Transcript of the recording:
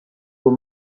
were